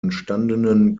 entstandenen